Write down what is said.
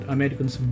Americans